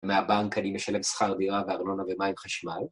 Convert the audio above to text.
מהבנק אני משלם שכר דירה וארנונה ומים חשמל